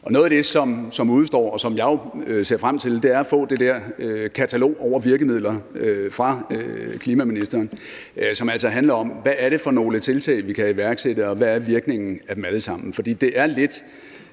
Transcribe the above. noget af det, som udestår, og som jeg jo ser frem til, er at få det der katalog over virkemidler fra klimaministeren, som altså handler om, hvad det er for nogle tiltag, vi kan iværksætte, og hvad virkningen af dem alle sammen